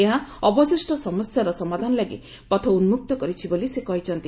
ଏହା ଅବଶିଷ୍ଟ ସମସ୍ୟାର ସମାଧାନ ଲାଗି ପଥ ଉନୁକ୍ତ କରିଛି ବୋଲି ସେ କହିଛନ୍ତି